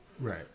Right